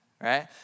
right